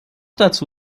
dazu